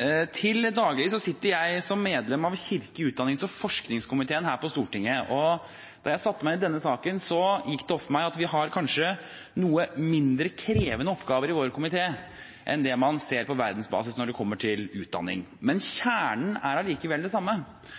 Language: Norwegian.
Til daglig sitter jeg som medlem av kirke-, utdannings- og forskningskomiteen her på Stortinget, og da jeg satte meg inn i denne saken, gikk det opp for meg at vi kanskje har noe mindre krevende oppgaver i vår komité enn det man ser på verdensbasis, når det gjelder utdanning. Men